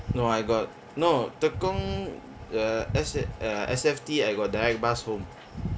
no I got no tekong the S_A_F_T_I I got direct bus home